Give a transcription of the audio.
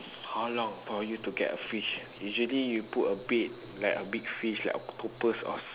how long for you to get a fish usually you put a bait like a big fish like octopus or